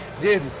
Dude